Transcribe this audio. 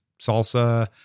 salsa